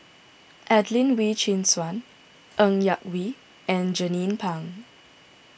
Adelene Wee Chin Suan Ng Yak Whee and Jernnine Pang